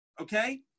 Okay